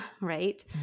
right